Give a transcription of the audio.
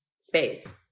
space